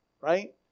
right